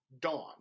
dawn